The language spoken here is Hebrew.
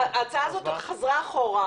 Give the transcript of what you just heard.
ההצעה הזאת חזרה אחורה.